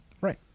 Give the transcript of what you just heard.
Right